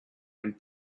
and